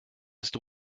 ist